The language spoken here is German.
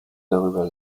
darüber